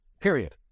Period